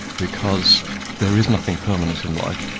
because there is nothing permanent in life,